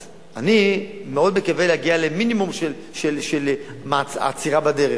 אז אני מאוד מקווה להגיע למינימום של עצירה בדרך.